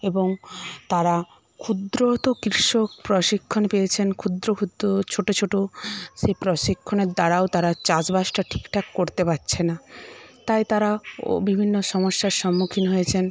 এবং তারা ক্ষুদ্র কৃষক প্রশিক্ষণ পেয়েছেন ক্ষুদ্র ক্ষুদ্র ছোটো ছোটো সে প্রশিক্ষণের দ্বারাও তারা চাষবাসটা ঠিক ঠাক করতে পারছে না তাই তারা বিভিন্ন সমস্যার সম্মুখীন হয়েছেন